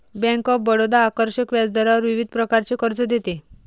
bank of Baroda आकर्षक व्याजदरावर विविध प्रकारचे कर्ज देते